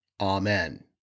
Amen